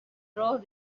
راه